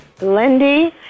Lindy